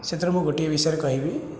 ସେଥିରେ ମୁଁ ଗୋଟିଏ ବିଷୟରେ କହିବି